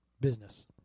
business